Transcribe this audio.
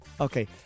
okay